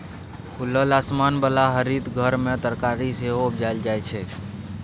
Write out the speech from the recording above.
खुलल आसमान बला हरित घर मे तरकारी सेहो उपजाएल जाइ छै